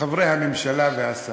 חברי הממשלה והשר: